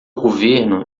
governo